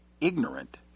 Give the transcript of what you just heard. ignorant